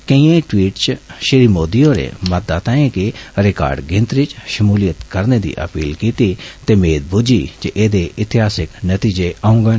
केइएं ट्वीटें च मोदी होरें मतदाताएं गी रिकर्ड गिनतरी च षमूलियत करने दी अपील कीती ते मेद बुज्झी जे एह्दे इतिहास नतीजे औंगन